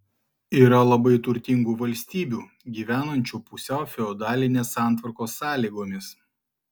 yra labai turtingų valstybių gyvenančių pusiau feodalinės santvarkos sąlygomis